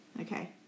Okay